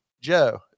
Joe